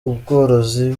ubworozi